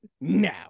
now